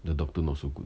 the doctor not so good